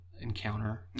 encounter